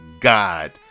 god